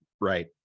right